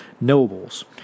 nobles